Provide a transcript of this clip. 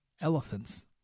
elephants